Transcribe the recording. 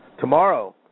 Tomorrow